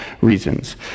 reasons